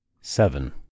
Seven